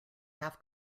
half